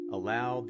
Allow